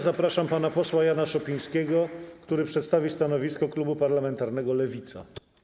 Zapraszam pana posła Jana Szopińskiego, który przedstawi stanowisko klubu parlamentarnego Lewica.